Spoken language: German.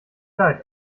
leid